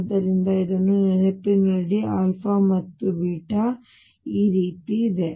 ಆದ್ದರಿಂದ ಇದನ್ನು ನೆನಪಿನಲ್ಲಿಡಿ ಮತ್ತು ಈ ರೀತಿ ನೀಡಲಾಗಿದೆ